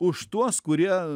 už tuos kurie